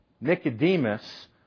Nicodemus